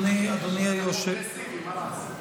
טרלול פרוגרסיבי, מה לעשות.